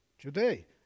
today